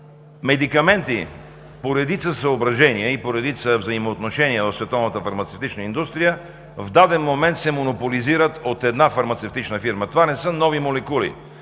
Медикаменти по редица съображения и по редица взаимоотношения от световната фармацевтична индустрия в даден момент се монополизират от една фармацевтична фирма. Това не са нови молекули.